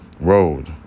road